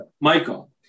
Michael